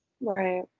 Right